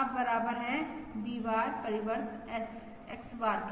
अब बराबर है V बार परिवर्त X बार के